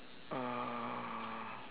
ah